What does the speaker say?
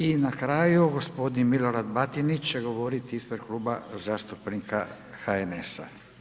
I na kraju gospodin Milorad Batinić će govoriti ispred Kluba zastupnika HNS-a.